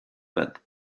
but